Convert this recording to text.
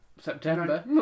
September